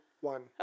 one